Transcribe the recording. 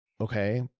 okay